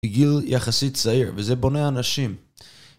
בגיל יחסית צעיר, וזה בונה אנשים.